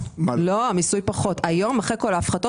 יש פחות מיסוי.